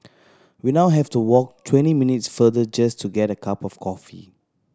we now have to walk twenty minutes further just to get a cup of coffee